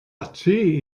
ati